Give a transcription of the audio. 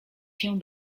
się